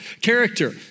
character